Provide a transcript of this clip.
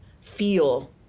feel